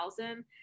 2000